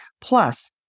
Plus